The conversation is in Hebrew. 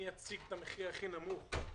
מי יציג את המחיר הכי נמוך לתשתיות,